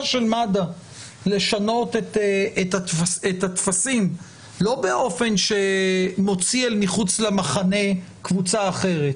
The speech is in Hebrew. של מד"א לשנות את הטפסים לא באופן שמוציא אל מחוץ למחנה קבוצה אחרת,